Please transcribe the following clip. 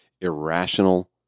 Irrational